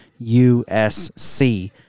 USC